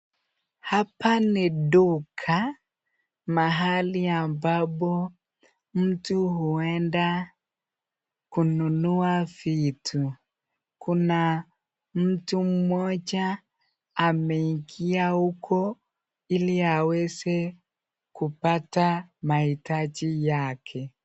Hapa ni duka mahali ambapo mtu huenda kununua vitu, kuna mtu mmoja ameingia huko ili aweze kupata mahitaji yake.